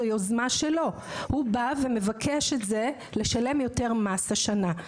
זו יוזמה שלו; הוא בא ומבקש לשלם יותר מס השנה.